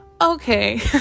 okay